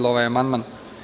ovaj amandman.